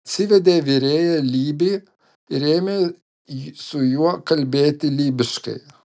atsivedė virėją lybį ir ėmė su juo kalbėti lybiškai